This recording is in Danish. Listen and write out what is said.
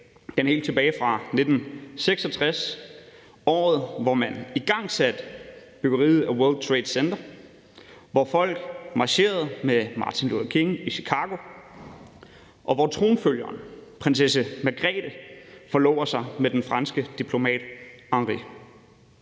helt tilbage fra 1966 – året, hvor man igangsatte byggeriet af World Trade Center, hvor folk marcherede med Martin Luther King i Chicago, og hvor tronfølgeren, prinsesse Margrethe, forlovede sig med den franske diplomat Henri.